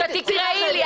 תקראי לי.